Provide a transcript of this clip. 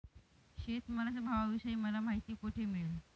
शेतमालाच्या भावाविषयी मला माहिती कोठे मिळेल?